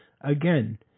Again